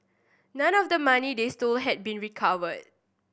none of the money they stole had been recovered